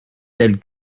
tels